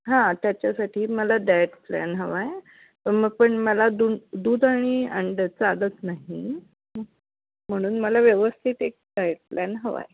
हां त्याच्यासाठी मला डायट प्लॅन हवा आहे मग पण मला दून दूध आणि अंड चालत नाही म्हणून मला व्यवस्थित एक डाईट प्लॅन हवा आहे